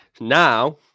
now